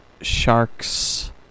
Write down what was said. Sharks